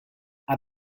are